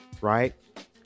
right